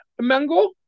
mango